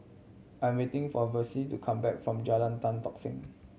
I am waiting for Versie to come back from Jalan Tan Tock Seng